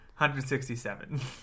167